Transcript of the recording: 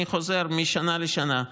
אני חוזר משנה לשנה: